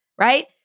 right